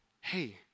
hey